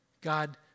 God